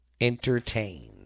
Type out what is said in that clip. entertain